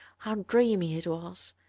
how dreamy it was!